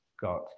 got